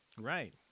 Right